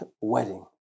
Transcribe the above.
wedding